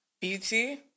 Beauty